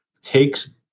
takes